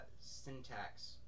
syntax